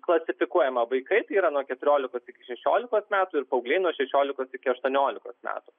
klasifikuojama vaikai tai yra nuo keturiolikos iki šešiolikos metų ir paaugliai nuo šešiolikos iki aštuoniolikos metų